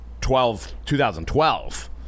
2012